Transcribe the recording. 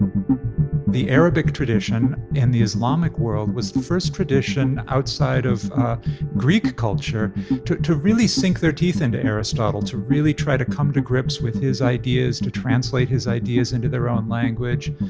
ah the arabic tradition and the islamic world was the first tradition outside of greek culture to to really sink their teeth into aristotle, to really try to come to grips with his ideas, to translate his ideas into their own language.